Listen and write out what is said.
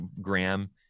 Graham